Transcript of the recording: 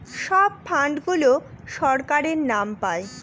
সব ফান্ড গুলো সরকারের নাম পাই